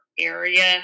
area